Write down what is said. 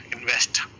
invest